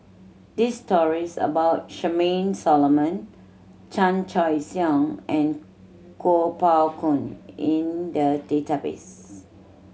these stories about Charmaine Solomon Chan Choy Siong and Kuo Pao Kun in the database